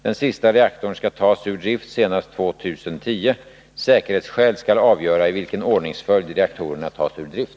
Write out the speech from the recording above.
Den sista reaktorn skall tas ur drift senast år 2010. Säkerhetsskäl skall avgöra i vilken ordningsföljd reaktorerna tas ur drift.